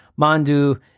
mandu